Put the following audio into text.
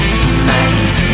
tonight